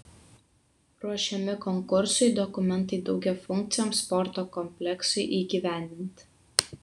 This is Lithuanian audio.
ruošiami konkursui dokumentai daugiafunkciam sporto kompleksui įgyvendinti